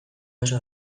oso